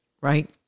right